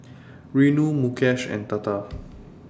Renu Mukesh and Tata